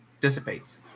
dissipates